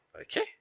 Okay